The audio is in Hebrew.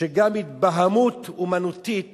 שגם התבהמות אמנותית